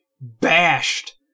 bashed